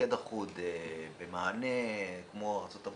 מוקד אחוד ומענה כמו בארצות הברית,